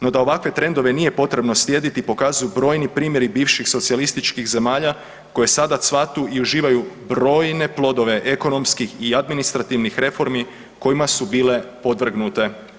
No da ovakve trendove nije potrebno slijediti pokazuju brojni primjeri bivših socijalističkih zemalja koje sada cvatu i uživaju brojne plodove ekonomskih i administrativnih reformi kojima su bile podvrgnute.